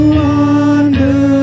wander